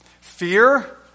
Fear